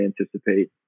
anticipate